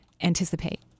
anticipate